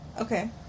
Okay